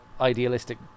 idealistic